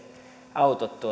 autot